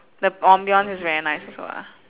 the ambience is very nice also ah